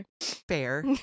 Fair